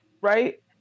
right